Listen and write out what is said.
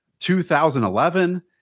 2011